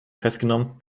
festgenommen